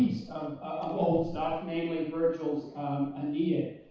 of old stuff, mainly virgil's aeneid.